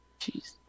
Jeez